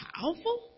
powerful